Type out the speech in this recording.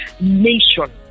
nation